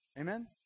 Amen